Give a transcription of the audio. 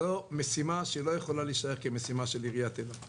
זו משימה שלא יכולה להישאר כמשימה של עיריית אילת.